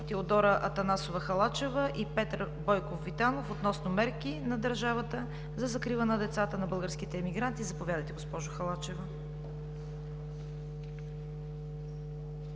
Теодора Атанасова Халачева и Петър Бойков Витанов относно мерки на държавата за закрила на децата на българските емигранти. Заповядайте, госпожо Халачева.